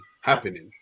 happening